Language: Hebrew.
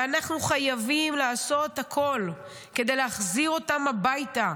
ואנחנו חייבים לעשות הכול כדי להחזיר אותם הביתה.